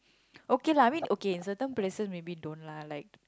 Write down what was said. okay lah I mean okay in certain places maybe don't lah like